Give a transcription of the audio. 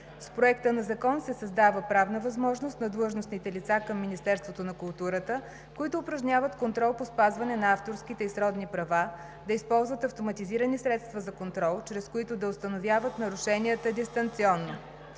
С Проекта на закон се създава правна възможност на длъжностните лица към Министерството на културата, които упражняват контрол по спазването на авторските и сродни права, да използват автоматизирани средства за контрол, чрез които да установяват нарушенията дистанционно.